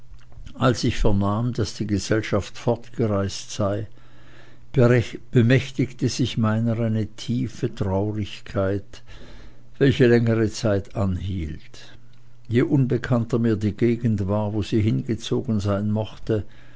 als ich vernahm daß die gesellschaft fortgereist sei bemächtigte sich meiner eine tiefe traurigkeit welche längere zeit anhielt je unbekannter mir die gegend war wo sie hingezogen sein mochte